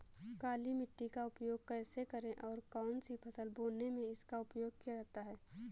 काली मिट्टी का उपयोग कैसे करें और कौन सी फसल बोने में इसका उपयोग किया जाता है?